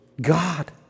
God